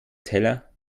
teller